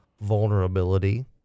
vulnerability